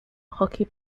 hockey